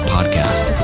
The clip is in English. Podcast